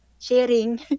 sharing